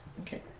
Okay